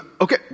okay